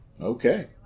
Okay